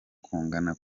kungana